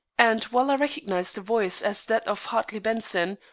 and while i recognized the voice as that of hartley benson,